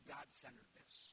God-centeredness